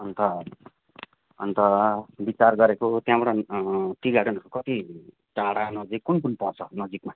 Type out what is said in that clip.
अन्त अन्त विचार गरेको त्यहाँबाट टी गार्डन कति टाडा नजिक कुनकुन पर्छ नजिकमा